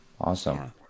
Awesome